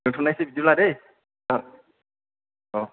दोन्थ'नायसै बिदिबा दै औ